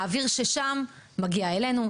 האוויר ששם מגיע אלינו.